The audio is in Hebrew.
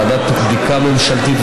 ועדת בדיקה ממשלתית,